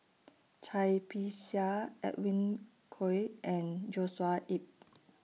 Cai Bixia Edwin Koek and Joshua Ip